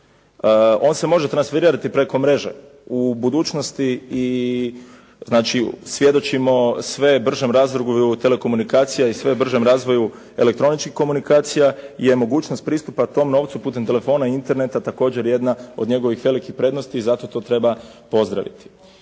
on se može transformirati preko mreže, u budućnosti, znači svjedočimo sve bržem razvoju telekomunikacija i sve bržem razvoju elektroničkih komunikacija je mogućnost pristupa tom novcu putem telefona, Interneta također jedna od njegovih velikih prednosti i zato to treba pozdraviti.